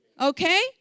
Okay